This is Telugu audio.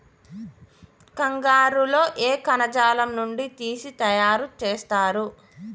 కంగారు లో ఏ కణజాలం నుండి తీసి తయారు చేస్తారు?